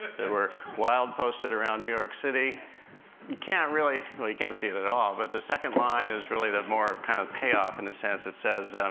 they were wild-posted around new york city. you can't really well, you can't see it at all but the second line is really the more kind of payoff, in a sense. it says,